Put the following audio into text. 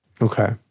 Okay